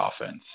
offense